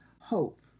hope